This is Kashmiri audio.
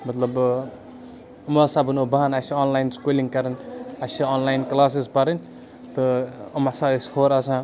مطلب یِمو ہَسا بنوو بَہانہٕ اَسہِ چھِ آنلاین سکوٗلِنٛگ کَرٕنۍ اَسہِ چھِ آنلاین کلاسٕز پَرٕنۍ تہٕ یِم ہَسا ٲسۍ ہورٕ آسان